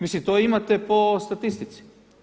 Mislim to imate po statistici.